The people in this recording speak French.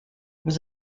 vous